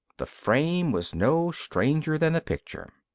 the frame was no stranger than the picture.